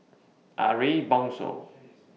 Ariff Bongso